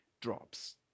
drops